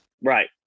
Right